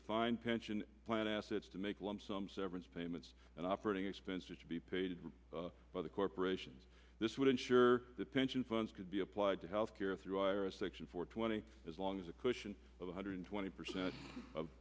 defined pension plan assets to make lump sum severance payments and operating expenses to be paid by the corporations this would ensure the pension funds could be applied to health care through ira section four twenty as long as a cushion of one hundred twenty percent of